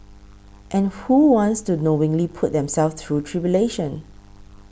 and who wants to knowingly put themselves through tribulation